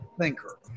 thinker